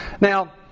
Now